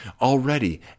Already